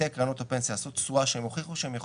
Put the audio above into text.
קרנות הפנסיה לעשות תשואה שהם הוכיחו שהם יכולים,